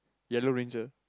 yellow ranger